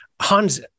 Hans